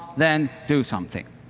then do something.